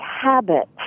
habit